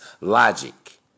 Logic